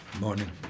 morning